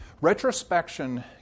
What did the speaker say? Retrospection